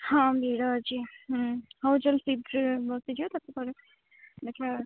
ହଁ ଭିଡ଼ ଅଛି ହମ୍ମ ହଉ ଜଲ୍ଦି ସିଟ୍ରେ ବସିଯିବା ତାପରେ ଦେଖିବା